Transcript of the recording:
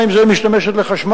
בכמה מזה היא משתמשת לחשמל,